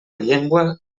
llengua